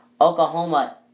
Oklahoma